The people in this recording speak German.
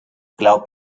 glaub